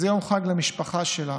זה יום חג למשפחה שלה.